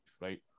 right